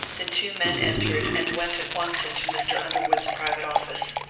the two men entered and went at once into mr. underwood's private office.